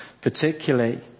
particularly